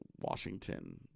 Washington